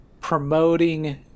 promoting